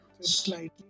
Slightly